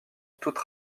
toute